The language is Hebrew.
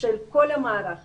של כל המערך הזה.